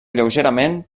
lleugerament